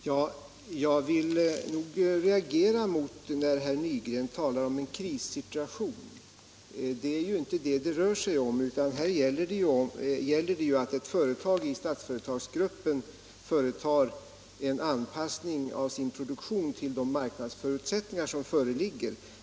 Herr talman! Jag reagerar mot att herr Nygren här talar om en krissituation. Det är ju inte en sådan det är fråga om, utan här gäller det att ett företag i Statsföretaggruppen företar en anpassning av sin produktion till de förutsättningar som föreligger.